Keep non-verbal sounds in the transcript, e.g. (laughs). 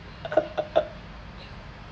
(laughs)